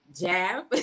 jab